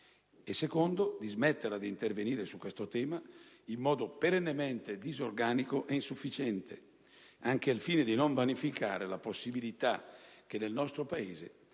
in secondo luogo di smetterla di intervenire su questo tema in modo perennemente disorganico e insufficiente, anche al fine di non vanificare la possibilità che nel nostro Paese